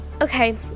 Okay